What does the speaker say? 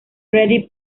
freddie